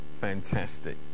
Fantastic